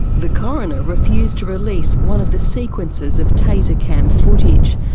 the coroner refused to release one of the sequences of taser cam footage.